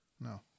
No